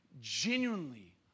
genuinely